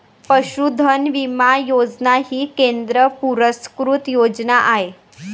पशुधन विमा योजना ही केंद्र पुरस्कृत योजना आहे